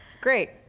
Great